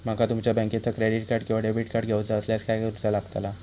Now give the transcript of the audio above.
माका तुमच्या बँकेचा क्रेडिट कार्ड किंवा डेबिट कार्ड घेऊचा असल्यास काय करूचा लागताला?